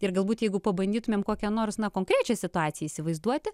ir galbūt jeigu pabandytumėm kokią nors na konkrečią situaciją įsivaizduoti